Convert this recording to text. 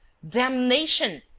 damnation!